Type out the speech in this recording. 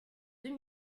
deux